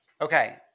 Okay